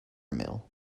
mill